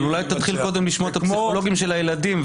אבל אולי תתחיל קודם לשמוע את הפסיכולוגים של הילדים,